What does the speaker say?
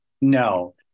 No